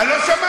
אני לא שמעתי.